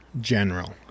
General